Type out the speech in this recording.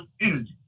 energy